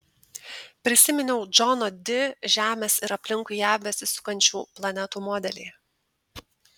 prisiminiau džono di žemės ir aplinkui ją besisukančių planetų modelį